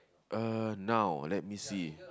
uh now let me see